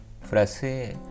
frase